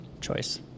choice